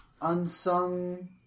unsung